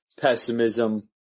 pessimism